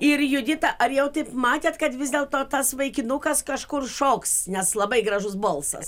ir judita ar jau taip matėt kad vis dėlto tas vaikinukas kažkur šoks nes labai gražus balsas